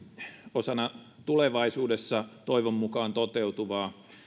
osana tulevaisuudessa toivon mukaan toteutuvaa